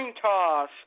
toss